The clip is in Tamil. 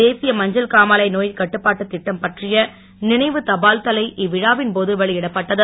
தேசிய மஞ்சள் காமாலை நோய் கட்டுப்பாட்டு திட்டம் பற்றிய நினைவு தபால்தலை இவ்விழாவின் போது வெளியிடப்பட்டது